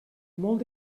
molt